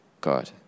God